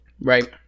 Right